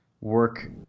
work